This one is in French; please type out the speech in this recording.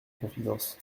confidences